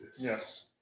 Yes